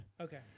Okay